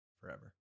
forever